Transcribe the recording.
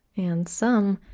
and some,